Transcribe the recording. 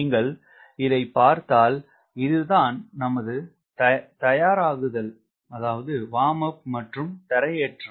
நீங்கள் இதை பார்த்தால் இது தான் நமது தயாராகுதல் மற்றும் தரையேற்றம்